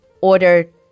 ordered